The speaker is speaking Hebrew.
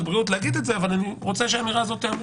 הבריאות אבל אני רוצה שהאמירה הזאת תיאמר.